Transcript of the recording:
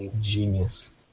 genius